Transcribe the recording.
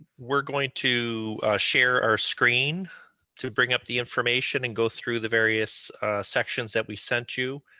we're going to share our screen to bring up the information and go through the various sections that we sent you.